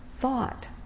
thought